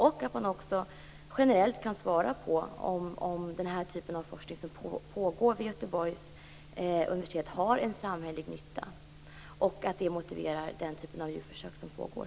Jag tycker också att man generellt kan svara på om den typ av forskning som pågår vid Göteborgs universitet har en samhällelig nytta som motiverar den typ av djurförsök som pågår.